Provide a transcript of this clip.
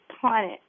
planet